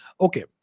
Okay